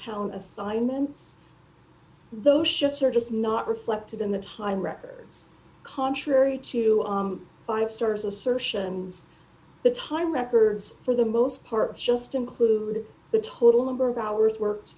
town assignments those shifts are just not reflected in the time records contrary to five stars assertion the time records for the most part just include the total number of hours worked